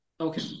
Okay